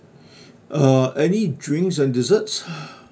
uh any drinks and desserts